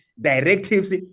directives